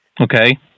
Okay